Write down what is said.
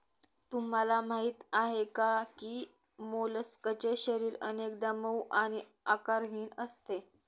तुम्हाला माहीत आहे का की मोलस्कचे शरीर अनेकदा मऊ आणि आकारहीन असते